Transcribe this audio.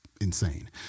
insane